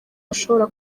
bashobora